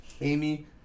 Amy